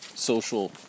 social